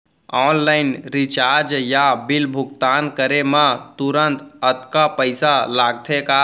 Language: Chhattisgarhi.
ऑनलाइन रिचार्ज या बिल भुगतान करे मा तुरंत अक्तहा पइसा लागथे का?